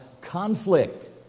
conflict